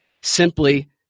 simply